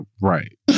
right